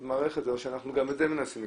גם לזה אנחנו מנסים להיכנס.